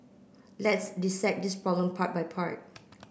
let's dissect this problem part by part